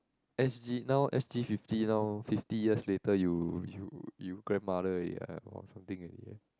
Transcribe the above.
S_G now S_G fifty now fifty years later you you you grandmother already ah or something already